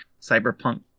cyberpunk